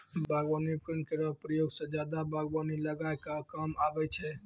बागबानी उपकरन केरो प्रयोग सें जादा बागबानी लगाय क काम आबै छै